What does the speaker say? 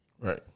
Right